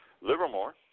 Livermore